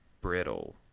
brittle